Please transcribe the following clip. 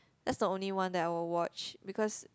that's the only one that I will watch because